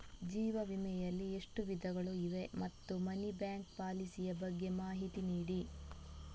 ಜೀವ ವಿಮೆ ಯಲ್ಲಿ ಎಷ್ಟು ವಿಧಗಳು ಇವೆ ಮತ್ತು ಮನಿ ಬ್ಯಾಕ್ ಪಾಲಿಸಿ ಯ ಬಗ್ಗೆ ಮಾಹಿತಿ ನೀಡಿ?